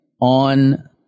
on